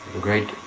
great